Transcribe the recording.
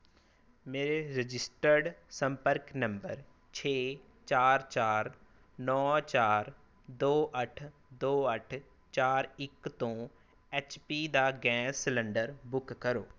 ਮੇਰੇ ਰਜਿਸਟਰਡ ਸੰਪਰਕ ਨੰਬਰ ਛੇ ਚਾਰ ਚਾਰ ਨੌ ਚਾਰ ਦੋ ਅੱਠ ਦੋ ਅੱਠ ਚਾਰ ਇੱਕ ਤੋਂ ਐੱਚ ਪੀ ਦਾ ਗੈਸ ਸਿਲੰਡਰ ਬੁੱਕ ਕਰੋ